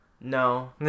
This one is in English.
No